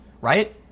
right